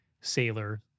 sailor